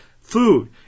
food